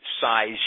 size